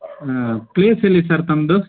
ಹ್ಞೂ ಪ್ಲೇಸ್ ಎಲ್ಲಿ ಸರ್ ತಮ್ಮದು